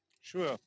Sure